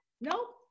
nope